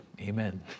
Amen